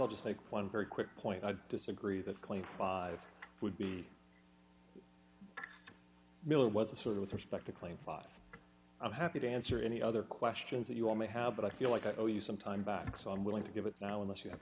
all just make one very quick point i'd disagree that clay five would be miller was a sort of with respect to claim five i'm happy to answer any other questions that you all may have but i feel like i owe you some time back so i'm willing to give it now unless you have